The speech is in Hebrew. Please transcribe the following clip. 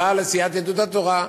תודה לסיעת יהדות התורה.